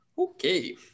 Okay